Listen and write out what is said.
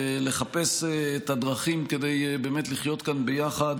ולחפש את הדרכים כדי באמת לחיות כאן ביחד